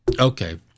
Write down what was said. Okay